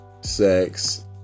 sex